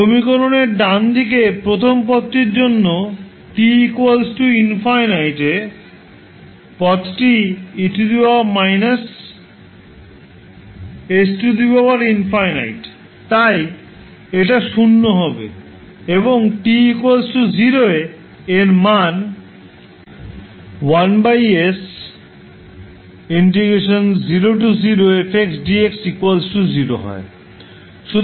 সমীকরণের ডানদিকে প্রথম পদটির জন্য t ∞ এ পদটি e − s∞ তাই এটা শূন্য হবে এবং t 0 এ এর মান হয়